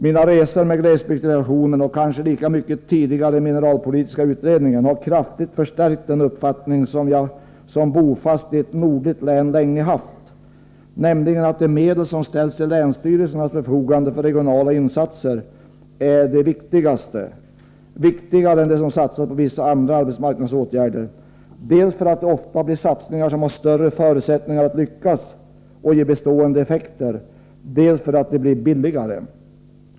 Mina resor med glesbygdsdelegationen, och kanske lika mycket mina tidigare resor med mineralpolitiska utredningen, har kraftigt förstärkt den uppfattning som jag som bofast i ett nordligt län länge haft, nämligen att de medel som ställs till länsstyrelsernas förfogande för regionala insatser är viktigare än de som satsas på vissa andra arbetsmarknadsåtgärder dels för att det ofta blir satsningar som har större förutsättningar att lyckas och ge bestående effekter, dels för att det blir billigare.